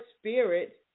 spirit